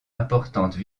importantes